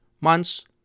months